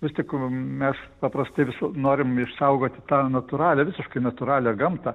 nutiko mes paprastai visų norime išsaugoti tą natūralią visiškai natūralią gamtą